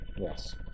Yes